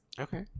okay